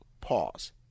pause